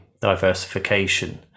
diversification